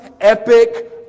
Epic